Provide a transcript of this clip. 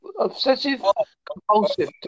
obsessive-compulsive